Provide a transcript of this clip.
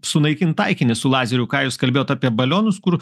sunaikint taikinį su lazeriu ką jūs kalbėjot apie balionus kur